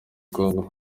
congo